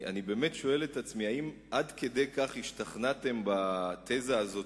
אני באמת שואל את עצמי אם עד כדי כך השתכנעתם בתזה הזאת,